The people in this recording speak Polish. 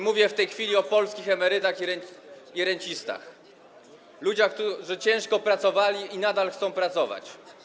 Mówię w tej chwili o polskich emerytach i rencistach, ludziach, którzy ciężko pracowali i nadal chcą pracować.